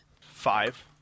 Five